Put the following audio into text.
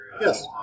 Yes